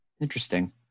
Interesting